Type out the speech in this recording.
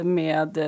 med